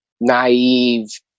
naive